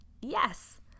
Yes